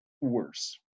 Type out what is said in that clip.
worse